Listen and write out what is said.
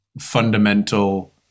fundamental